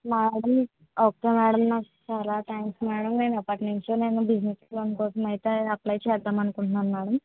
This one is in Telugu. మేడం ఓకే మేడం నాకు చాలా థాంక్స్ మేడం నేను ఎప్పటి నుంచో నేను బిజినెస్ లోన్ కోసం ఐతే అప్లై చేద్దాము అనుకుంటున్నాను మేడం